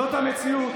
זאת המציאות.